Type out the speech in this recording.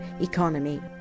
Economy